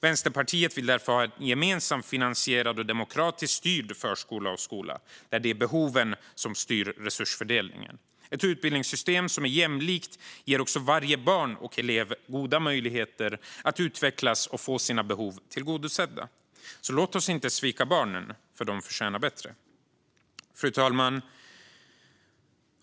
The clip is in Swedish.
Vänsterpartiet vill därför ha en gemensamt finansierad och demokratiskt styrd förskola och skola där det är behoven som styr resursfördelningen. Ett utbildningssystem som är jämlikt ger också varje barn och elev goda möjligheter att utvecklas och få sina behov tillgodosedda. Låt oss inte svika barnen. De förtjänar bättre. Fru talman!